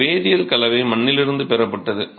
இந்த வேதியியல் கலவை மண்ணிலிருந்து பெறப்பட்டது